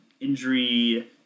Injury